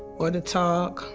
or to talk,